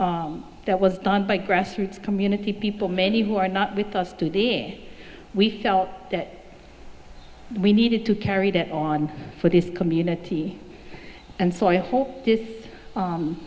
that was done by grassroots community people many who are not with us today we felt that we needed to carry that on for this community and so i hope this